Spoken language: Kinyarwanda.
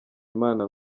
imana